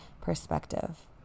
perspective